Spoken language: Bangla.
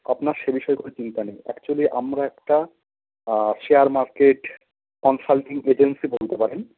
আপনার সে বিষয়ে কোনো চিন্তা নেই অ্যাকচুয়ালি আমরা একটা শেয়ার মার্কেট কনসাল্টিং এজেন্সি বলতে পারেন